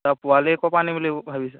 অঁ পোৱালি ক'ৰপৰা আনিম বুলি ভাবিছা